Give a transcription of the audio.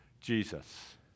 Jesus